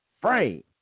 frame